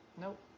Nope